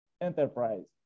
enterprise